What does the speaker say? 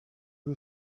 who